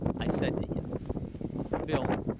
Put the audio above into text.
i said to him bill,